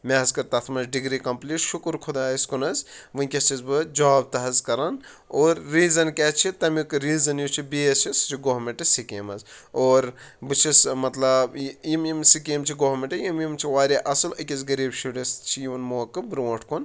مےٚ حظ کٔر تتھ منٛز ڈگری کمپٕلیٖٹ حظ شُکر خُۄدایَس کُن حظ ؤنٛکس چھُس بہٕ جاب تہِ حظ کران اور ریٖزن کیاہ چھُ تمیُک ریٖزن یُس چھُ بیس چھِ سہُ چھِ گورمینٹ سِکیٖم حظ اور بہٕ چھُس مطلب یِم یِم سِکیم چھِ گورٕمِنٹ یِم یِم چھِ واریاہ اصل اکِس غریٖب شُرِس چھِ یِوان موقعہٕ بروٗنٹھ کُن